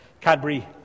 Cadbury